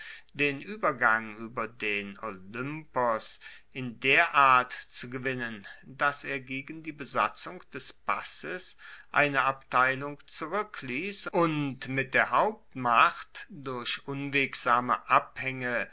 den uebergang ueber den olympos in der art zu gewinnen dass er gegen die besatzung des passes eine abteilung zurueckliess und mit der hauptmacht durch unwegsame abhaenge